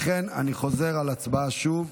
לכן אני חוזר על ההצבעה שוב.